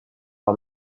par